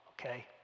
okay